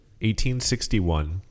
1861